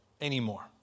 anymore